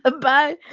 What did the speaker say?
Bye